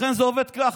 לכן זה עובד ככה: